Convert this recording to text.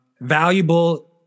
valuable